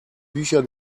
bücher